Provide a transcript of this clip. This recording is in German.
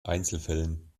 einzelfällen